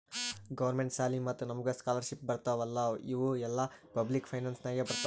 government ಸಾಲಿ ಮತ್ತ ನಮುಗ್ ಸ್ಕಾಲರ್ಶಿಪ್ ಬರ್ತಾವ್ ಅಲ್ಲಾ ಇವು ಎಲ್ಲಾ ಪಬ್ಲಿಕ್ ಫೈನಾನ್ಸ್ ನಾಗೆ ಬರ್ತಾವ್